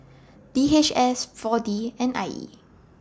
D H S four D and I E